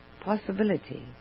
possibility